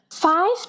Five